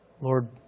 Lord